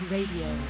Radio